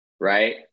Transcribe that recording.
right